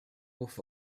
with